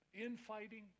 infighting